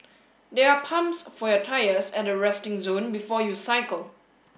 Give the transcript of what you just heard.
there are pumps for your tyres at the resting zone before you cycle